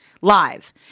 live